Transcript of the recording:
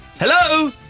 Hello